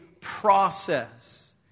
process